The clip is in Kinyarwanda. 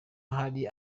hari